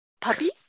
Puppies